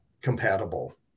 compatible